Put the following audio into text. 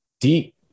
deep